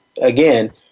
again